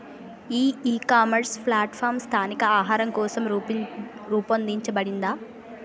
ఈ ecommerce platform స్థానిక ఆహారం కోసం రూపొందించబడిందా?